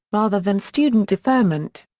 rather than student deferment.